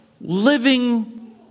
living